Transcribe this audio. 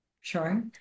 Sure